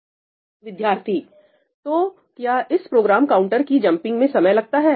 विद्यार्थी तो क्या इस प्रोग्राम काउंटर की जंपिंग में समय लगता है